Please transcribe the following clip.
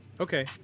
Okay